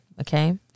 okay